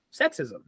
sexism